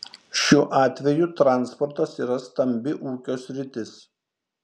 šiuo atveju transportas yra stambi ūkio sritis